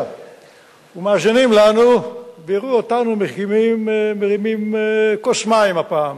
ומאזינים לנו ויראו אותנו מרימים כוס מים הפעם: